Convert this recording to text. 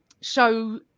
show